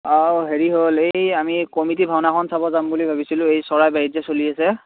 অ' হেৰি হ'ল এই আমি কমিটি ভাওনাখন চাব যাম বুলি ভাবিছিলোঁ এই চৰাইবাৰীত যে চলি আছে